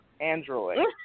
Android